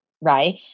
right